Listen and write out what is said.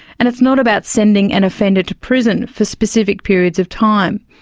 and it's not about sending an offender to prison for specific periods of time.